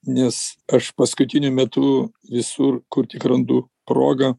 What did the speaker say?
nes aš paskutiniu metu visur kur tik randu progą